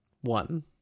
one